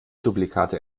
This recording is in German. duplikate